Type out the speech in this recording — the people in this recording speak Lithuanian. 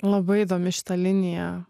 labai įdomi šita linija